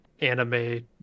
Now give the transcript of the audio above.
anime